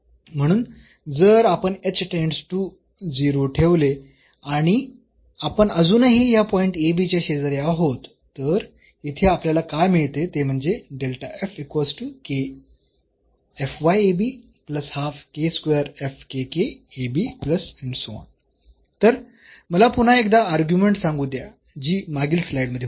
म्हणून जर आपण h टेंड्स टू 0 ठेवले आणि आपण अजूनही या पॉईंट च्या शेजारी आहोत तर येथे आपल्याला काय मिळते ते म्हणजे तर मला पुन्हा एकदा अर्ग्युमेंट सांगू द्या जी मागील स्लाइडमध्ये होती